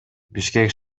бишкек